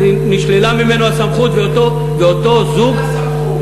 נשללה ממנו הסמכות, ואותו זוג, הסמכות.